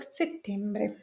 settembre